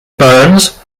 burns